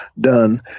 done